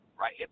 right